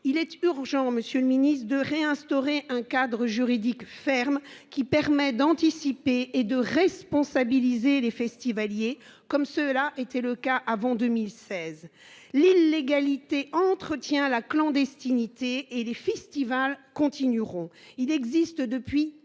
il est urgent. Monsieur le Ministre, de réinstaurer un cadre juridique ferme qui permet d'anticiper et de responsabiliser les festivaliers comme cela était le cas avant 2016 l'illégalité entretient la clandestinité et les festivals continueront il existe depuis 30 ans.